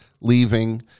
leaving